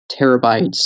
terabytes